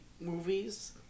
movies